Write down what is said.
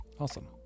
Awesome